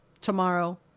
tomorrow